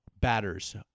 batters